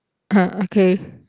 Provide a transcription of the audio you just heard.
ah okay